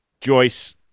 Joyce